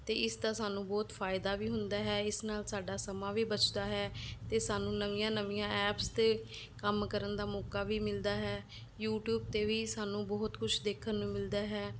ਅਤੇ ਇਸ ਦਾ ਸਾਨੂੰ ਬਹੁਤ ਫ਼ਾਇਦਾ ਵੀ ਹੁੰਦਾ ਹੈ ਇਸ ਨਾਲ ਸਾਡਾ ਸਮਾਂ ਵੀ ਬਚਦਾ ਹੈ ਅਤੇ ਸਾਨੂੰ ਨਵੀਆਂ ਨਵੀਆਂ ਐਪਸ 'ਤੇ ਕੰਮ ਕਰਨ ਦਾ ਮੌਕਾ ਵੀ ਮਿਲਦਾ ਹੈ ਯੂਟੀਊਬ 'ਤੇ ਵੀ ਸਾਨੂੰ ਬਹੁਤ ਕੁਛ ਦੇਖਣ ਨੂੰ ਮਿਲਦਾ ਹੈ